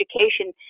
education